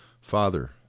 Father